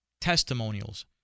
testimonials